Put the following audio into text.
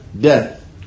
death